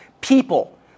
people